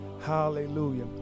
Hallelujah